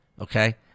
okay